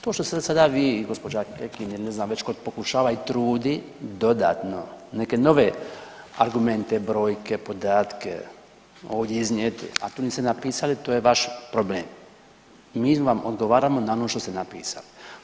To što ste sada vi i gđa. Kekin ili ne znam već ko pokušava i trudi dodatno neke nove argumente, brojke i podatke ovdje iznijeti, a tu niste napisali to je vaš problem i mi vam odgovaramo na ono što ste napisali.